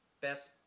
best